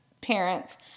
parents